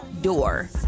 door